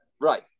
Right